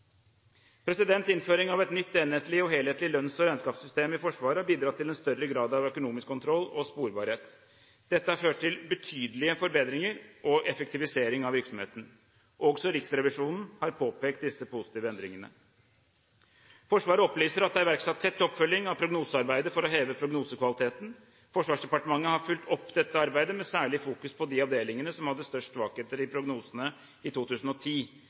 Innføring av et nytt enhetlig og helhetlig lønns- og regnskapssystem i Forsvaret har bidratt til en større grad av økonomisk kontroll og sporbarhet. Dette har ført til betydelige forbedringer og effektivisering av virksomheten. Også Riksrevisjonen har påpekt disse positive endringene. Forsvaret opplyser at det er iverksatt tett oppfølging av prognosearbeidet for å heve prognosekvaliteten. Forsvarsdepartementet har fulgt opp dette arbeidet, med særlig fokus på de avdelingene som hadde størst svakheter i prognosene i 2010.